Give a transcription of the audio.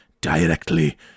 directly